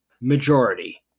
majority